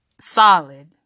solid